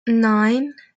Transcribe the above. nine